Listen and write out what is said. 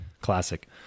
Classic